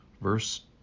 verse